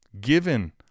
Given